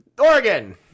Oregon